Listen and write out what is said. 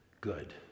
good